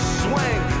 swing